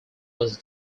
was